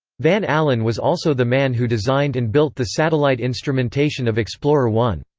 van allen was also the man who designed and built the satellite instrumentation of explorer one.